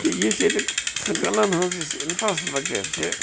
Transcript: کہِ یُس ییٚتیُک سکوٗلن ہٕنٛز یُس یہِ اِنفرا سٹرٛکچر چھِ